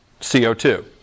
CO2